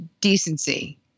decency